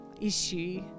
issue